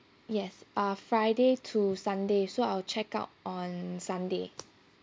yes uh friday to sunday so I'll check out on sunday